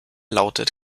lautet